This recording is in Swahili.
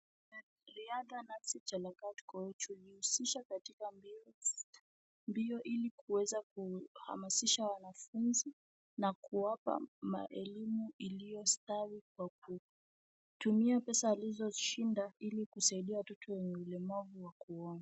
Mwanariadha Nancy Chelangat Koech hujihusisha katika mbio ili kuweza kuhamasisha wanafunzi, na kuwapa elimu iliyostawi kwa kutumia pesa alizozishinda ili kusaidia watoto wenye ulemavu wa kuona.